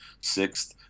sixth